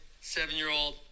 seven-year-old